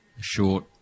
short